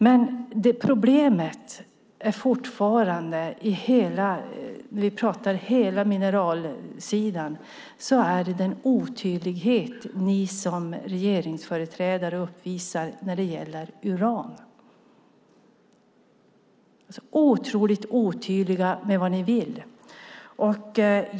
Men om vi pratar om hela mineralsidan är problemet fortfarande den otydlighet ni som regeringsföreträdare uppvisar när det gäller uran. Ni är så otroligt otydliga med vad ni vill.